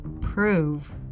prove